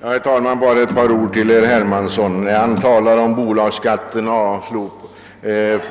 Herr talman! Bara ett par ord till herr Hermansson med anledning av att han talade om en höjning av bolagsskatten,